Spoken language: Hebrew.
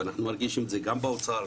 ואנחנו מרגישים את זה גם באוצר,